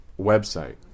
website